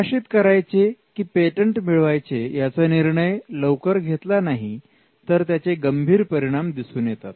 प्रकाशित करायचे की पेटंट मिळवायचे याचा निर्णय लवकर घेतला नाही तर त्याचे गंभीर परिणाम दिसून येतात